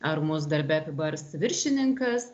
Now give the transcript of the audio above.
ar mus darbe apibars viršininkas